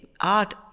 art